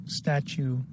statue